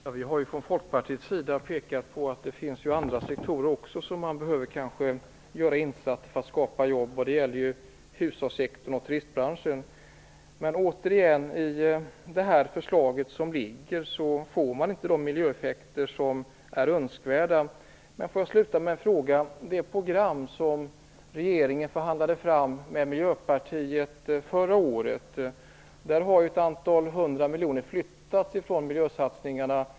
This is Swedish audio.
Herr talman! Vi har från Folkpartiets sida pekat på att det också finns andra sektorer där man behöver göra insatser för att skapa jobb. Det gäller hushållssektorn och turistbranschen. Det förslag som ligger framme ger inte de miljöeffekter som är önskvärda. Jag vill sluta med en fråga. Regeringen förhandlade fram ett program med Miljöpartiet förra året. Ett antal hundra miljoner har flyttats från miljösatsningarna.